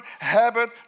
habit